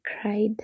cried